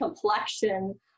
complexion